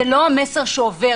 זה לא המסר שעובר,